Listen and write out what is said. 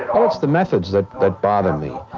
um it's the methods that ah bother me.